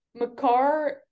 McCarr